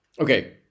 Okay